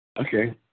Okay